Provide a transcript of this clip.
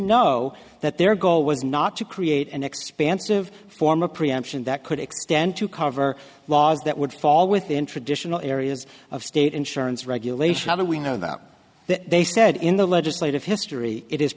know that their goal was not to create an expansive form of preemption that could extend to cover laws that would fall within traditional areas of state insurance regulation how do we know that that they said in the legislative history it